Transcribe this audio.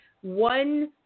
one